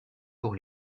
pour